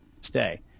stay